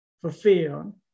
fulfilled